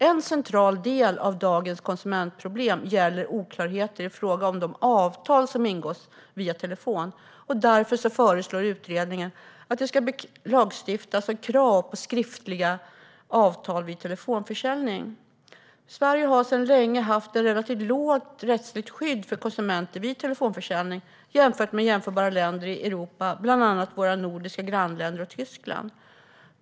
En central del av dagens konsumentproblem gäller oklarheter i fråga om de avtal som ingås via telefon. Därför föreslår utredningen att det ska lagstiftas om krav på skriftliga avtal vid telefonförsäljning. Sverige har sedan länge ett relativt svagt rättsligt skydd för konsumenter vid telefonförsäljning jämfört med jämförbara länder i Europa, bland andra våra nordiska grannländer och Tyskland.